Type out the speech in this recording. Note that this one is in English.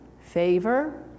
favor